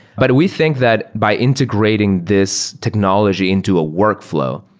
but we think that by integrating this technology into a workflow,